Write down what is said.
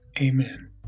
Amen